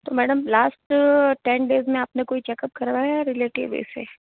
तो madam last ten days में आपने कोई चेकअप करवाया है रिलेटिव इससे